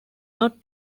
not